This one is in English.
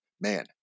Man